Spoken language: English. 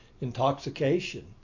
intoxication